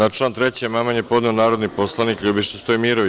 Na član 3. amandman je podneo narodni poslanik LJubiša Stojmirović.